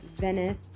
Venice